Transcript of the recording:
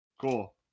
Cool